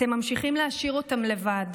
אתם ממשיכים להשאיר אותם לבד.